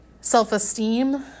self-esteem